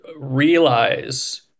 realize